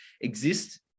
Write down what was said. exist